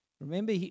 remember